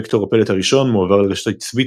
וקטור הפלט הראשון מועבר לרשת עצבית